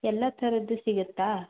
ಎಲ್ಲ ಥರದ್ದು ಸಿಗುತ್ತಾ